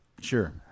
Sure